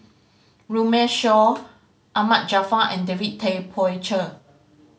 Runme Shaw Ahmad Jaafar and David Tay Poey Cher